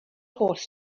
holl